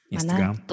Instagram